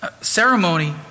Ceremony